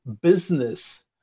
business